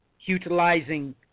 utilizing